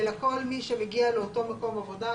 אלא כל מי שמגיע לאותו מקום עבודה,